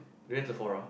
when is the fora